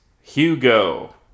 Hugo